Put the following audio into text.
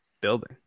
building